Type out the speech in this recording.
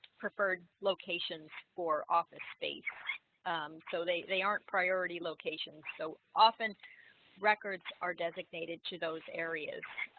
preferred locations for office space so they they aren't priority locations so often records are designated to those areas.